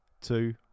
two